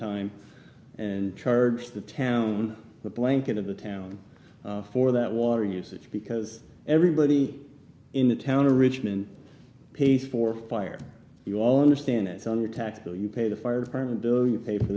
time and charge the town the blanket of the town for that water usage because everybody in the town of richmond pays for fire you all understand it's on your tax bill you pay the fire department bill you pay for